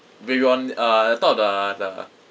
when we were on uh top of the the